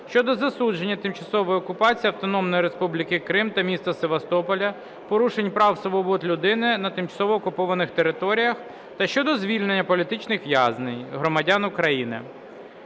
щодо засудження тимчасової окупації Автономної Республіки Крим та міста Севастополь, порушень прав і свобод людини на тимчасово окупованих територіях та щодо звільнення політичних в’язнів – громадян України.